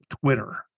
Twitter